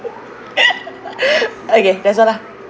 okay that's all lah